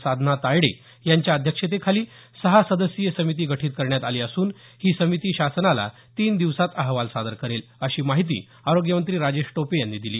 साधना तायडे यांच्या अध्यक्षतेखाली सहा सदस्यीय समिती गठीत करण्यात आली असून ही समिती शासनाला तीन दिवसांत अहवाल सादर करेल अशी माहिती आरोग्यमंत्री राजेश टोपे यांनी दिली